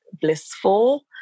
blissful